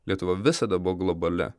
lietuva visada buvo globali